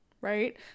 right